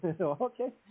okay